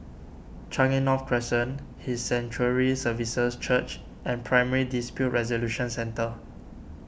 Changi North Crescent His Sanctuary Services Church and Primary Dispute Resolution Centre